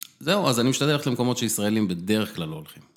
זהו, אז אני משתדל ללכת למקומות שישראלים בדרך כלל לא הולכים.